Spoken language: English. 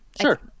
sure